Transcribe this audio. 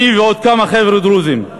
אני ועוד כמה חבר'ה דרוזים.